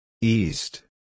East